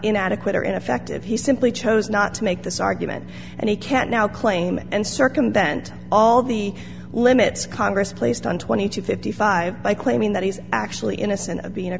inadequate or ineffective he simply chose not to make this argument and he can now claim and circumvent all the limits congress placed on twenty two fifty five by claiming that he's actually innocent of being a